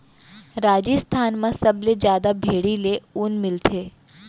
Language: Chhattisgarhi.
राजिस्थान म सबले जादा भेड़ी ले ऊन मिलथे